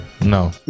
no